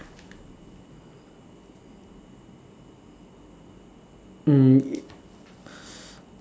mm